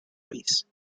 rays